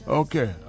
okay